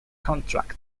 contract